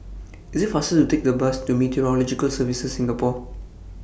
IT IS faster to Take The Bus to Meteorological Services Singapore